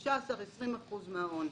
15%, 20% מההון.